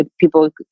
people